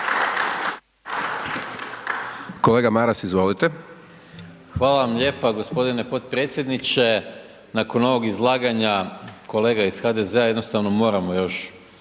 Gordan (SDP)** Hvala vam lijepa gospodine podpredsjedniče. Nakon ovog izlaganja kolega iz HDZ-a jednostavno moramo još